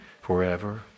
Forever